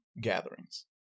gatherings